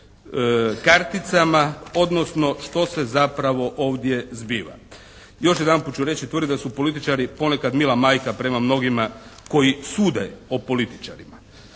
karticama, odnosno što se zapravo ovdje zbiva. Još jedanput ću reći tvrdi da su političari ponekad mila majka prema mnogima koji sude o političarima.